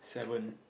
seven